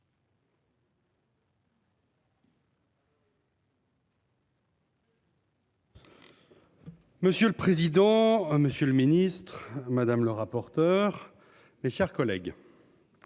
Monsieur le président. Monsieur le Ministre, madame le rapporteur. Mes chers collègues.